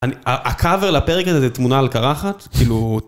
הקאבר לפרק הזה זה תמונה על קרחת, כאילו...